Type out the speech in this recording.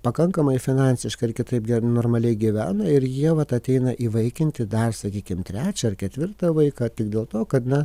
pakankamai finansiškai ar kitaip normaliai gyveno ir jie vat tą ateina įvaikinti dar sakykime trečią ar ketvirtą vaiką tik dėl to kad na